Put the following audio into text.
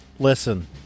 Listen